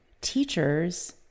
teachers